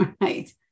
Right